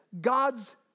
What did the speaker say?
God's